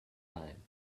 time